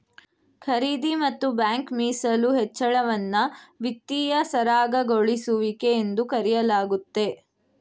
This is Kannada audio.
ಖರೀದಿ ಮತ್ತು ಬ್ಯಾಂಕ್ ಮೀಸಲು ಹೆಚ್ಚಳವನ್ನ ವಿತ್ತೀಯ ಸರಾಗಗೊಳಿಸುವಿಕೆ ಎಂದು ಕರೆಯಲಾಗುತ್ತೆ